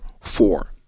four